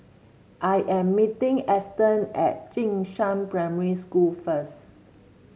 I am meeting Eston at Jing Shan Primary School first